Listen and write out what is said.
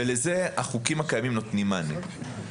ולזה החוקים הקיימים נותנים מענה.